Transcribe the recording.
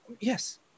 Yes